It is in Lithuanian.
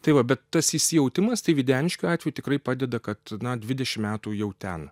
tai va bet tas įsijautimas tai videniškių atveju tikrai padeda kad na dvidešim metų jau ten